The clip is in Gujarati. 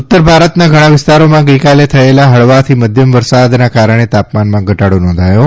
ઉત્તર ભારતના ઘણા વિસ્તારોમાં ગઈકાલે થયેલા હળવાથી મધ્યમ વરસાદના કારણે તાપમાનમાં ઘટાડો નોંધાયો છે